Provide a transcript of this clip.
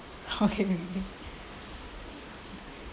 okay